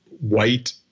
white